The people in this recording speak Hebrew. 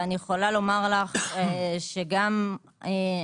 אני יכולה לומר שגם אני